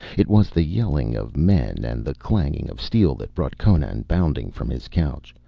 it was the yelling of men and the clanging of steel that brought conan bounding from his couch,